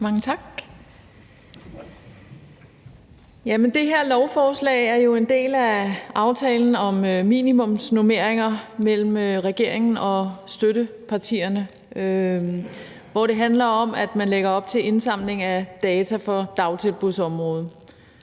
Mange tak. Det her lovforslag er jo en del af aftalen om minimumsnormeringer mellem regeringen og støttepartierne, og det handler om, at man lægger op til indsamling af data for dagtilbudsområdet,